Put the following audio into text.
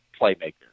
playmaker